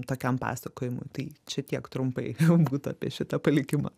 tokiam pasakojimui tai čia tiek trumpai būtų apie šitą palikimą